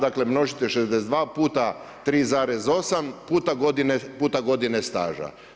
Dakle, množite 62 puta 3,8 puta godine staža.